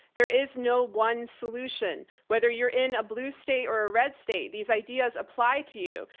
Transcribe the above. there is no one solution whether you're in a blue state or a red state. these ideas apply to you.